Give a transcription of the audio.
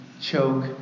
choke